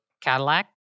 Cadillac